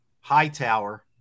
Hightower